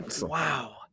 Wow